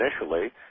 initially